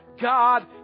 God